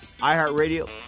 iHeartRadio